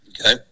Okay